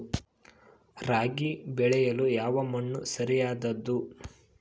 ರಾಗಿ ಬೆಳೆಯಲು ಯಾವ ಮಣ್ಣು ಸರಿಯಾದದ್ದು?